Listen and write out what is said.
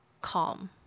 calm